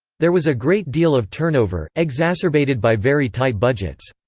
there was a great deal of turnover, exacerbated by very tight budgets.